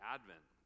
Advent